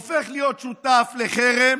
הופך להיות שותף לחרם,